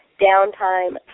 downtime